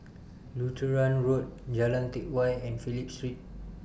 Lutheran Road Jalan Teck Whye and Phillip Street